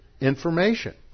information